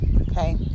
Okay